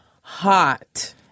hot